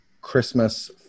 Christmas